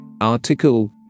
article